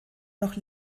noch